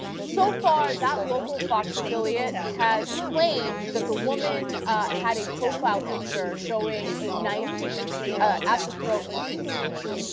so far that local fox affiliate has claimed that the woman had a profile picture showing a knife at the throat of a police official.